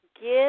give